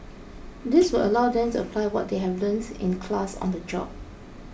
this will allow them to apply what they have learnt in class on the job